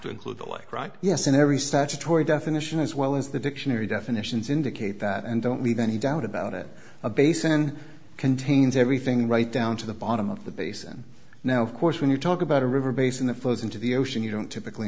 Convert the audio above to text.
to include the like right yes in every statutory definition as well as the dictionary definitions indicate that and don't leave any doubt about it a basin contains everything right down to the bottom of the basin now of course when you talk about a river basin the flows into the ocean you don't typically